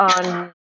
on